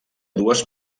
dues